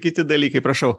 kiti dalykai prašau